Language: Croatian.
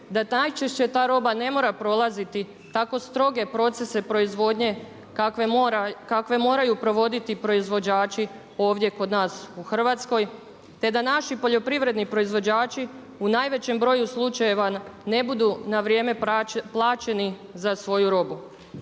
da najčešće ta roba ne mora prolaziti tako stroge procese proizvodnje kakve moraju provoditi proizvođači ovdje kod nas u Hrvatskoj te da naši poljoprivredni proizvođači u najvećem broju slučajeva ne budu na vrijeme plaćeni za svoju robu.